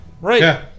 Right